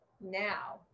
Now